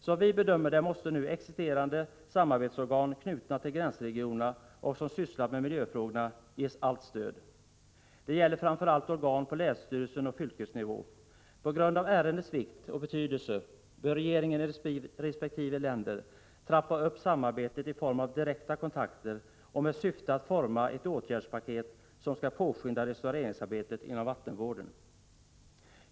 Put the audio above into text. Som vi bedömer det måste nu existerande samarbetsorgan som är knutna till gränsregionerna och sysslar med miljöfrågorna ges allt stöd. Det gäller framför allt organ på länsstyrelseoch fylkesnivå. På grund av ärendets vikt och betydelse bör regeringarna i resp. länder trappa upp samarbetet i form av direkta kontakter och med syfte att forma ett åtgärdspaket som skall påskynda restaureringsarbetet inom vattenvården.